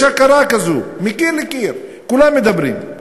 יש הכרה כזו מקיר לקיר, כולם מדברים.